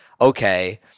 okay